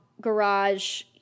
garage